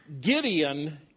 Gideon